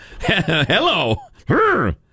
Hello